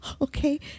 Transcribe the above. okay